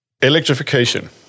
Electrification